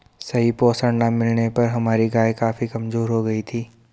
सही पोषण ना मिलने पर हमारी गाय काफी कमजोर हो गयी थी